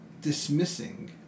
dismissing